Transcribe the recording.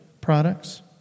products